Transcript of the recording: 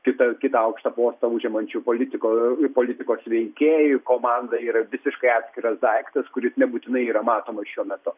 kitą kitą aukštą postą užimančio politiko ir politikos veikėjų komanda yra visiškai atskiras daiktas kuris nebūtinai yra matomas šiuo metu